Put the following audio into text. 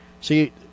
see